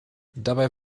dabei